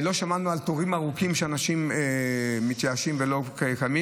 לא שמענו על תורים ארוכים, שאנשים מתייאשים וקמים.